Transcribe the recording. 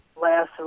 Last